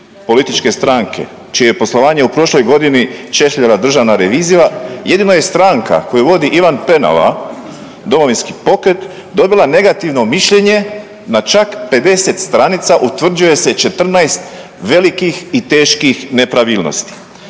političke stranke čije je poslovanje u prošloj godini češljala Državna revizija jedino je stranka koju vodi Ivan Penava Domovinski pokret dobila negativno mišljenje na čak 50 stranica utvrđuje se 14 velikih i teških nepravilnosti.